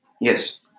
yes